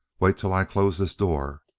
wait till i close this door.